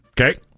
Okay